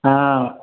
ಹಾಂ